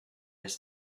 his